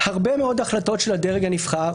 הרבה מאוד החלטות של הדרג הנבחר,